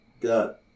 got